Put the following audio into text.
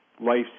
life